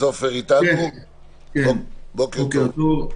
בוקר טוב.